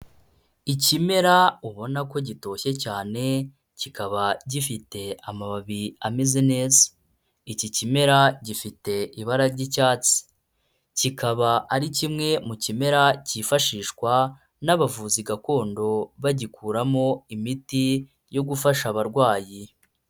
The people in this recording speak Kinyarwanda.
Ikimera ubona ko gitoshye cyane kikaba gifite amababi ameze neza, iki kimera gifite ibara ry'icyatsi, kikaba ari kimwe mu kimera kifashishwa n'abavuzi gakondo bagikuramo imiti yo gufasha abarwayi.